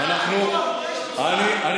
לא, כי מדינת כל אזרחיה זה קשור לאינטרנט?